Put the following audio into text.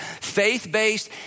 faith-based